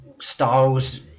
Styles